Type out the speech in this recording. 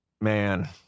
Man